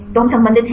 तो हम संबंधित हैं